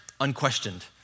unquestioned